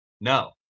No